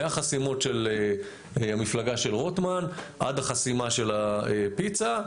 מהחסימות של המפלגה של רוטמן עד החסימה של הפיצה,